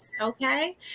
Okay